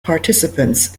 participants